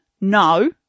No